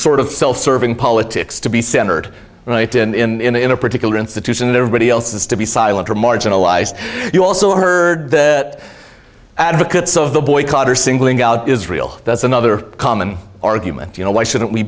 sort of self serving politics to be centered right in the in a particular institution and everybody else has to be silent or marginalized you also heard that advocates of the boycott are singling out israel that's another common argument you know why shouldn't we